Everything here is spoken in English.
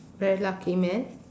very lucky man